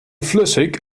flüssig